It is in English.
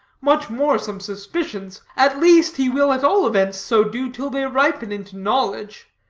much more some suspicions, at least he will at all events so do till they ripen into knowledge.